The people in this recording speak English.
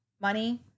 money